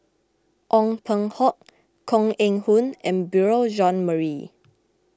Ong Peng Hock Koh Eng Hoon and Beurel Jean Marie